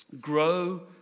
Grow